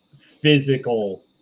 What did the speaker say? physical